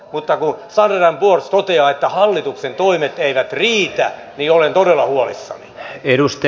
mutta kun standard poors toteaa että hallituksen toimet eivät riitä niin olen todella huolissani